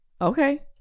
Okay